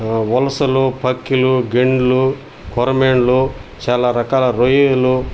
ఉలసలు పక్కిలు గెండ్లు కొరమీనులు చాలా రకాల రొయ్యలు